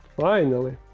finally